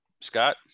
Scott